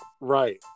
Right